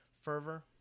fervor